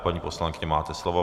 Paní poslankyně, máte slovo.